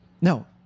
No